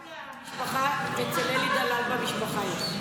גם אצל אלי דלל במשפחה יש.